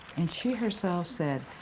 and she herself said,